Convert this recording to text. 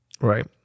right